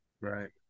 Right